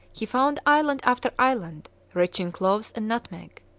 he found island after island rich in cloves and nutmeg.